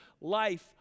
life